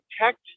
protect